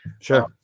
Sure